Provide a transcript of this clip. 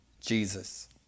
Jesus